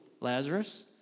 Lazarus